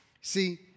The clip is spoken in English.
See